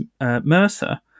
Mercer